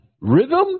Rhythm